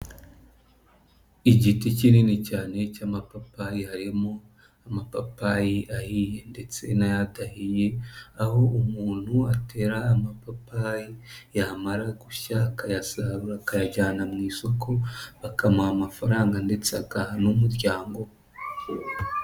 Igiti kinini cyane cy'amapapayi harimo amapapayi ahiye ndetse ntayadahiye aho umuntu atera amapapayi yamara gushya akayasarura bakayajyana mu isoko bakamuha amafaranga ndetse agaha n'umuryango.